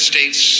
States